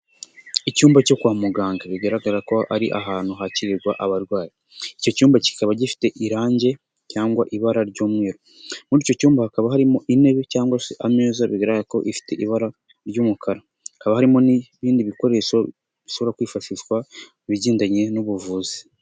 Icyumba cyo kwa muganga bigaragara ko ari ahantu hakirirwa abarwayi. Icyo cyumba kikaba gifite irange cyangwa ibara ry'umweru. Muri icyo cyumba hakaba harimo intebe cyangwa se ameza bigaragara ko bifite ibara ry'umukara. Hakaba harimo n'ibindi bikoresho bishobora kwifashishwa mu bigendanye n'ubuvuzi.